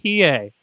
PA